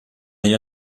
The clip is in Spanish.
hay